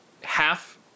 half